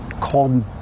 called